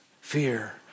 fear